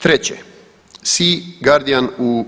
Treće Sea Guardian u